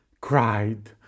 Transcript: cried